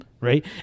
right